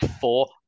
four